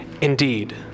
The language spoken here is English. indeed